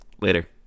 Later